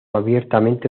abiertamente